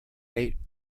eight